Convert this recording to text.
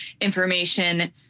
information